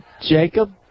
Jacob